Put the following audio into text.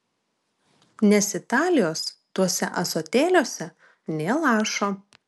nes italijos tuose ąsotėliuose nė lašo